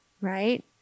right